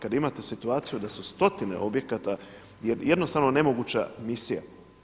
Kada imate situaciju da su stotine objekata je jednostavno nemoguća misija.